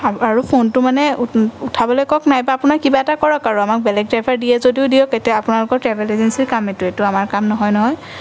আৰু ফোনটো মানে উঠাবলৈ কওঁক নাইবা আপোনাৰ কিবা এটা কৰক আৰু আমাক বেলেগ ড্ৰাইভাৰ দিয়ে যদিও দিয়ক তেতিয়া আপোনালোকৰ ট্ৰেভেল এজেঞ্চিৰ কাম এইটো এইটো আমাৰ কাম নহয় ন